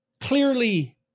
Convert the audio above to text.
clearly